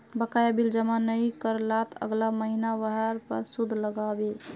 बकाया बिल जमा नइ कर लात अगला महिना वहार पर सूद लाग बे